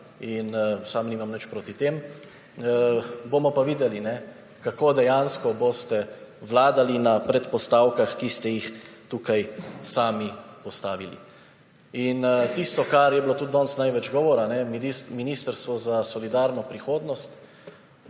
Sam nimam nič proti temu. Bomo pa videli, kako boste dejansko vladali na predpostavkah, ki ste jih tukaj sami postavili. Tisto, o čemer je bilo tudi danes največ govora, ministrstvo za solidarno prihodnost.